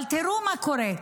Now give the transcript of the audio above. אבל תראו מה קורה.